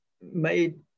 made